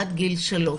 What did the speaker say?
עד גיל שלוש.